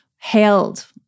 hailed